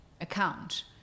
account